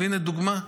והינה דוגמה: